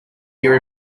near